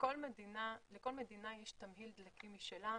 לכל מדינה יש תמהיל דלקים משלה,